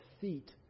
feet